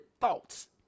thoughts